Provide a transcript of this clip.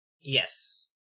Yes